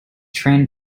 train